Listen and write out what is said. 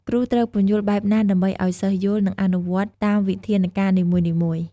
គ្រូត្រូវពន្យល់បែបណាដើម្បីឲ្យសិស្សយល់ និងអនុវត្តតាមវិធានការនីមួយៗ។